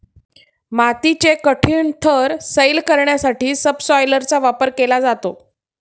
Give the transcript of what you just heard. मातीचे कठीण थर सैल करण्यासाठी सबसॉयलरचा वापर केला जातो